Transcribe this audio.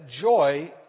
joy